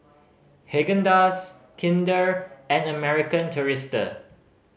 Haagen Dazs Kinder and American Tourister